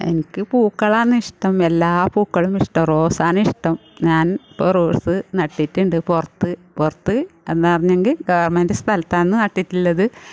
എനിക്ക് പൂക്കളാണ് ഇഷ്ടം എല്ലാ പൂക്കളും ഇഷ്ടമാണ് റോസ് ആണ് ഇഷ്ടം ഞാൻ ഇപ്പം റോസ് നട്ടിട്ടുണ്ട് പുറത്ത് പുറത്ത് എന്ന് പറഞ്ഞെങ്കിൽ ഗവർമെൻറ്റ് സ്ഥലത്താണ് നട്ടിട്ടുള്ളത്